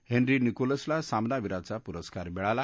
Henry निकोलसला सामनावीराचा पुरस्कार मिळाला